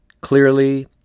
Clearly